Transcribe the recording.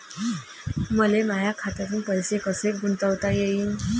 मले माया खात्यातून पैसे कसे गुंतवता येईन?